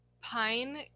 Pine